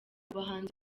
bahanzi